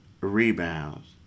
rebounds